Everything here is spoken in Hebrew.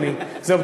תהיינה התשובות.